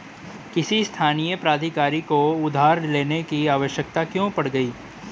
किसी स्थानीय प्राधिकारी को उधार लेने की आवश्यकता क्यों पड़ गई?